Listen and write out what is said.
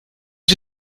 wie